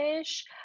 ish